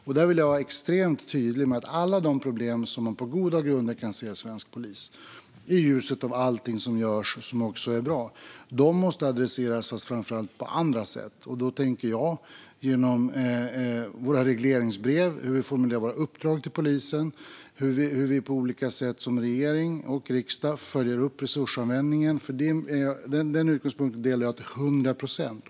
Jag vill vara extremt tydlig med att alla de problem som man på goda grunder kan se när det gäller svensk polis, i ljuset av allt som görs och som också är bra, måste adresseras, men framför allt på andra sätt. Jag tänker att det ska ske genom våra regleringsbrev, hur vi formulerar våra uppdrag till polisen och hur vi som regering och riksdag på olika sätt följer upp resursanvändningen. Den utgångspunkten instämmer jag i till hundra procent.